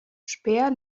speer